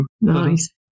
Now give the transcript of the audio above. nice